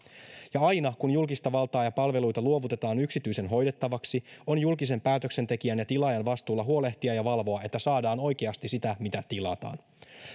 ja aina kun julkista valtaa ja palveluita luovutetaan yksityisen hoidettavaksi on julkisen päätöksentekijän ja tilaajan vastuulla huolehtia ja valvoa että saadaan oikeasti sitä mitä tilataan